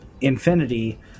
Infinity